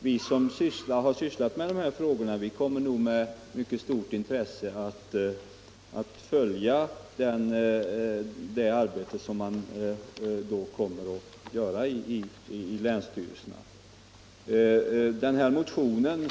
Vi som har sysslat med de här frågorna kommer med mycket stort intresse att följa länsstyrelsernas arbete.